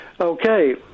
Okay